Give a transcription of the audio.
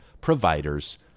providers